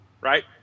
right